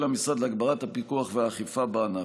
המשרד פועל להגברת הפיקוח והאכיפה בענף.